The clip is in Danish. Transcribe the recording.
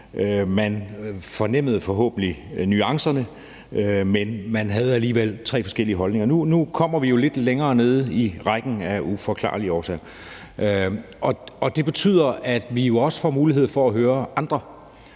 Man fornemmede forhåbentlig nuancerne, men man havde alligevel tre forskellige holdninger. Nu kommer vi jo lidt længere nede i rækken, af uforklarlige årsager, og det betyder, at vi jo også får mulighed for at høre andre.